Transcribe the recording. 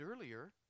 earlier